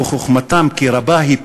בחוכמתם כי רבה היא,